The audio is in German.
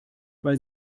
weil